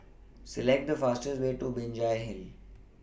Select The fastest Way to Binjai Hill